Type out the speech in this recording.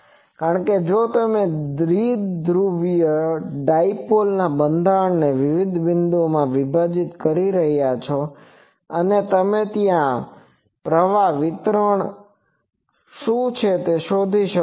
કારણ કે જો તમે આ વિવિધ બિંદુઓ પર પ્રવાહ વિતરણને જાણો છો તેનો અર્થ એ છે કે તમે આખા દ્વિધ્રુવના બંધારણને વિવિધ બિંદુઓમાં વિભાજીત કરી રહ્યાં છો અને ત્યાં તમે પ્રવાહ વિતરણ શું છે તે શોધી શકો છો